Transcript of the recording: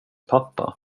pappa